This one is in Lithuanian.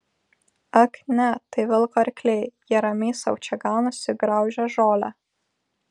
ak ne tai vilko arkliai jie ramiai sau čia ganosi graužia žolę